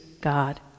God